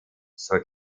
zur